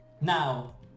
Now